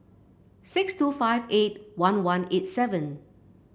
six two five eight one one eight seven